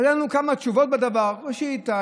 היו לנו כמה תשובות בדבר: ראשית,